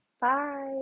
Bye